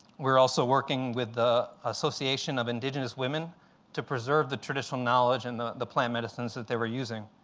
were also working with the association of indigenous women to preserve the traditional knowledge and the the plant medicines that they were using.